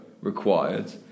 required